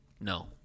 No